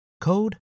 code